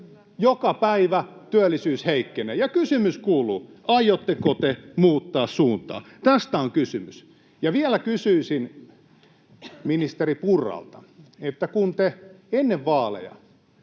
Joka päivä työllisyys heikkenee. Ja kysymys kuuluu: aiotteko te muuttaa suuntaa? Tästä on kysymys. Ja vielä kysyisin ministeri Purralta, kun te ennen vaaleja